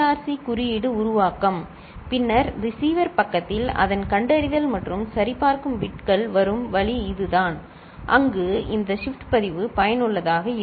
C குறியீடு உருவாக்கம் பின்னர் ரிசீவர் பக்கத்தில் அதன் கண்டறிதல் மற்றும் சரிபார்க்கும் பிட்கள் வரும் வழி இதுதான் அங்கு இந்த ஷிப்ட் பதிவு பயனுள்ளதாக இருக்கும்